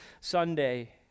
Sunday